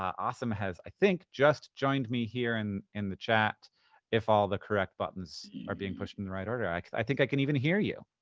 asim has, i think, just joined me here and in the chat if all the correct buttons are being pushed in the right order. i i think i can even hear you.